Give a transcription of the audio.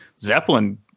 Zeppelin